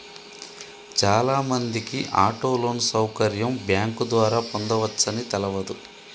చాలామందికి auto loan సౌకర్యం bank ద్వారా పొందవచ్చని తెలవదు